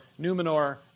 Numenor